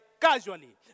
casually